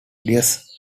yes